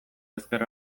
ezker